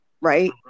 right